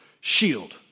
shield